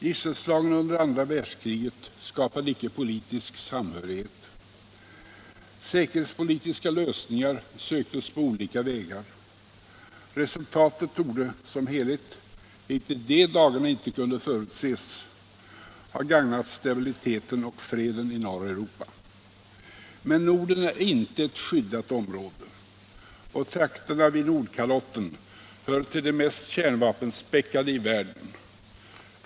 Gisselslagen under andra världskriget skapade icke politisk samhörighet. Säkerhetspolitiska lösningar söktes på olika vägar. Resultatet torde som helhet, vilket i de dagarna inte kunde förutses, ha gagnat stabiliteten och freden i norra Europa. Men Norden är inte ett skyddat område, och trakterna vid Nordpolen hör till de mest kärnvapenspäckade i världen.